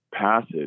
passage